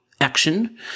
action